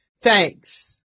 thanks